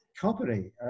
company